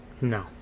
No